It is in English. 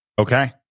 Okay